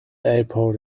airport